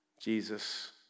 Jesus